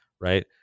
right